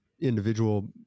individual